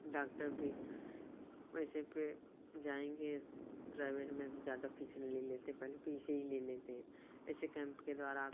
doctor भी वैसे फिर जाएँगे प्राइवेट में ज़्यादा फीस ले लेते पहले फीस ही ले लेते हैं ऐसे कैंप के द्वारा